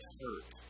hurt